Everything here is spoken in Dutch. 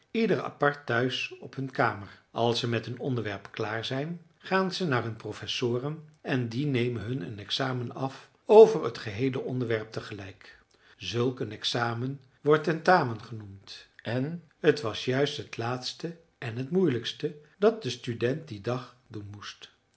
ieder apart thuis op hun kamer als ze met een onderwerp klaar zijn gaan ze naar hun professoren en die nemen hun een examen af over het heele onderwerp tegelijk zulk een examen wordt tentamen genoemd en t was juist het laatste en t moeilijkste dat de student dien dag doen moest